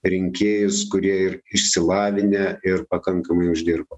rinkėjus kurie ir išsilavinę ir pakankamai uždirba